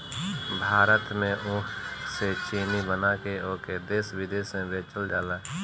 भारत में ऊख से चीनी बना के ओके देस बिदेस में बेचल जाला